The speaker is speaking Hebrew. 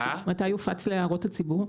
מתי יופץ להערות הציבור?